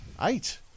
Eight